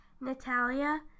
Natalia